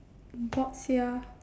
bored sia